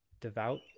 devout